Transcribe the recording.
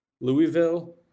Louisville